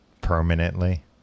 permanently